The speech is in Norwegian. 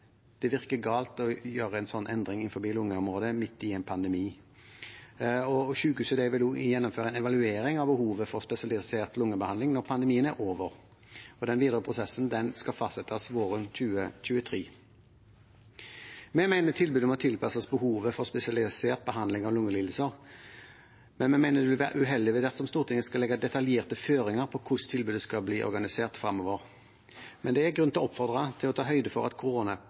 det virker galt å gjøre en slik endring innenfor lungeområdet midt i en pandemi. Sykehuset vil også gjennomføre en evaluering av behovet for spesialisert lungebehandling når pandemien er over. Den videre prosessen skal fastsettes våren 2023. Vi mener tilbudet må tilpasses behovet for spesialisert behandling av lungelidelser, men vi mener det vil være uheldig dersom Stortinget skal legge detaljerte føringer for hvordan tilbudet skal bli organisert fremover. Det er likevel grunn til å oppfordre til å ta høyde for at